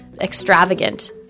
extravagant